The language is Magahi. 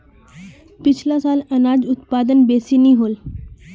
पिछला साल अनाज उत्पादन बेसि नी होल